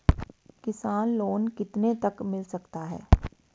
किसान लोंन कितने तक मिल सकता है?